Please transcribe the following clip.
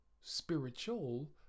spiritual